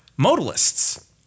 modalists